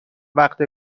وقته